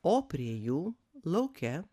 o prie jų lauke